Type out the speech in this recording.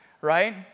right